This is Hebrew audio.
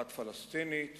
האחת פלסטינית